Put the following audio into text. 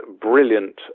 brilliant